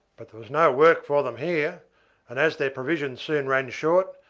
but there was no work for them here and, as their provisions soon ran short,